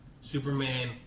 Superman